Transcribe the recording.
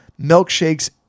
milkshakes